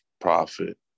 profit